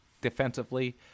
defensively